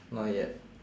not yet